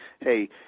hey